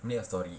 make a story